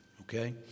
Okay